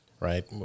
Right